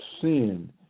sin